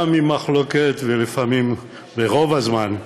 גם עם מחלוקת, ולפעמים, ורוב הזמן,